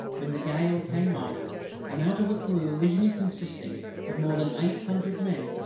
when the gale came on and out of a crew originally consisting of more than eight hundred men,